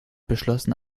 beschlossen